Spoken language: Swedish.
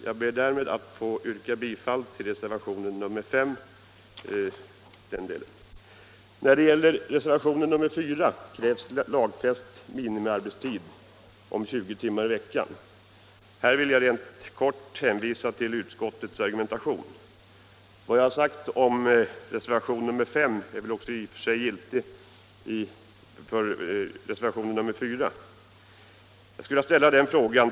Jag ber därmed att få yrka bifall till reservationen 5. När det gäller reservationen 4 krävs lagfäst minimiarbetstid om 20 timmar i veckan. Jag vill här helt kort hänvisa till utskottets argumentation. Vad jag sagt om reservation 5 är också i och för sig giltigt för reservation 4. 53 Jag skulle vilja ställa en fråga.